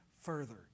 further